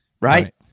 Right